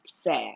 sad